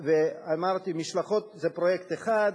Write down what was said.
ואמרתי, משלחות זה פרויקט אחד.